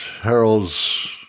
Harold's